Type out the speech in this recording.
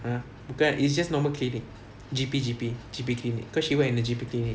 !huh! bukan it's just normal clinic G_P G_P G_P clinic because she work in a G_P clinic